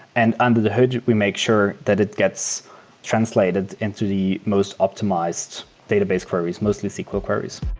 and under the hood we make sure that it gets translated into the most optimized database queries, mostly sql queries.